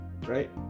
Right